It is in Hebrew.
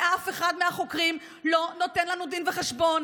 ואף אחד מהחוקרים לא נותן לנו דין וחשבון,